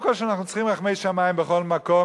כול שאנחנו צריכים רחמי שמים בכל מקום.